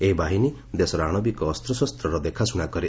ଏହି ବାହିନୀ ଦେଶର ଆଣବିକ ଅସ୍ତ୍ରଶସ୍ତର ଦେଖାଶ୍ୱଣା କରେ